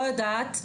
יודעת.